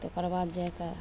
तकरबाद जा कऽ